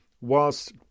whilst